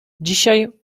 dzisiaj